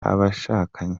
abashakanye